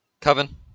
Coven